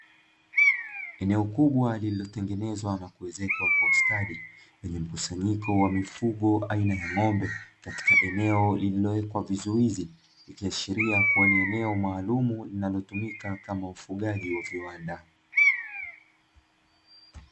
Eneo kubwa lililotengenezwa na kuezekwa kwa ustadi; lenye mkusanyiko wa mifugo aina ya ng'ombe katika eneo lililowekwa vizuizi, ikiashiria kuwa ni eneo maalumu linalotumika kama ufugaji wa viwanda.